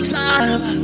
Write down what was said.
time